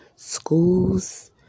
schools